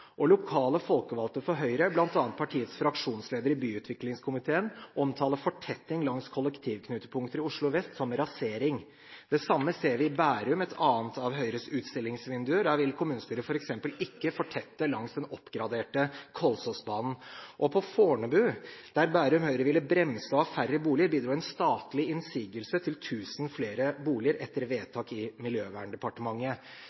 og lokale folkevalgte for Høyre, bl.a. partiets fraksjonsleder i byutviklingskomiteen, omtaler fortetting langs kollektivknutepunkter i Oslo vest som rasering. Det samme ser vi i Bærum, et annet av Høyres utstillingsvinduer. Der vil kommunestyret f.eks. ikke fortette langs den oppgraderte Kolsåsbanen. Og på Fornebu, der Bærum Høyre ville bremse og ha færre boliger, bidro en statlig innsigelse til 1 000 flere boliger etter